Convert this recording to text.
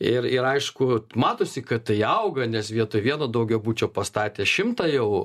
ir ir aišku matosi kad tai auga nes vietoj vieno daugiabučio pastatė šimtą jau